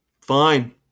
Fine